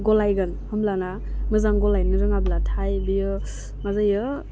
गलायगोन होमब्लाना मोजां गलायनो रोङाब्लाथाय बियो मा जायो